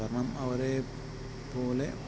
കാരണം അവരെ പോലെ